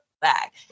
back